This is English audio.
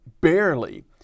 Barely